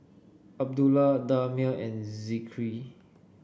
Abdullah Damia and Zikri